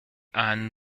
anne